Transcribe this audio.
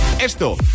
esto